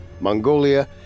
Mongolia